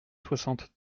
soixante